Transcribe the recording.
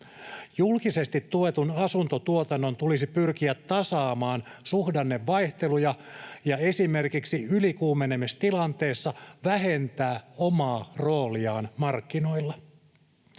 Julkisesti tuetun asuntotuotannon tulisi pyrkiä tasaamaan suhdannevaihteluja ja esimerkiksi ylikuumenemistilanteessa vähentää omaa rooliaan markkinoilla.